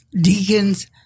deacons